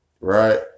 right